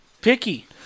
picky